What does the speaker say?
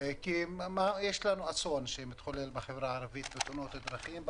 מתחולל אסון בחברה הערבית בתאונות בדרכים,